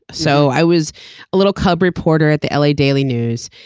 so i was a little cub reporter at the l a. daily news.